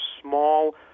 small